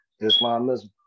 Islamism